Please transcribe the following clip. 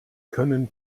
können